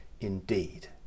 indeed